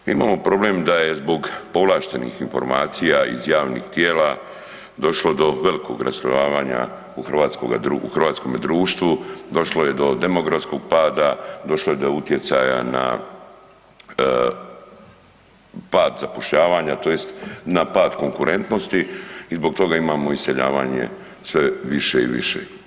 Mi imamo problem da je zbog povlaštenih informacija iz javnih tijela došlo do velikog raslojavanja u hrvatskome društvu, došlo je do demografskog pada, došlo je do utjecaja na pad zapošljavanja, tj. na pad konkurentnosti i zbog toga imamo iseljavanje sve više i više.